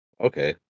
Okay